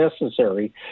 necessary